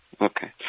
Okay